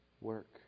work